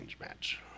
Match